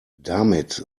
damit